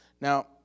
Now